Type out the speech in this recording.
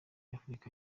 afurika